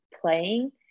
playing